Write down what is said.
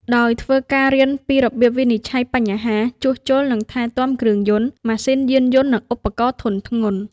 ដោយធ្វើការរៀនពីរបៀបវិនិច្ឆ័យបញ្ហា ជួសជុល និងថែទាំគ្រឿងយន្ត ម៉ាស៊ីនយានយន្ត និងឧបករណ៍ធុនធ្ងន់។